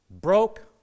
broke